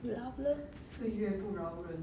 老了